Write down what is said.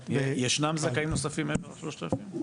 ישנם זכאים נוספים מעבר ל-3,000?